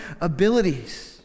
abilities